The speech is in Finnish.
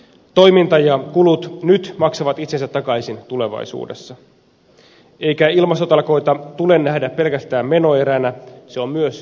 toiminta ja kulut nyt maksavat itsensä takaisin tulevaisuudessa eikä ilmastotalkoita tule nähdä pelkästään menoeränä ne ovat myös mahdollisuus